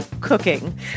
cooking